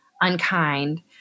unkind